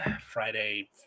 Friday